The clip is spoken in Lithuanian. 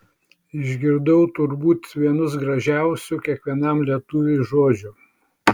išgirdau turbūt vienus gražiausių kiekvienam lietuviui žodžių